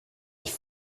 ich